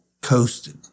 coasted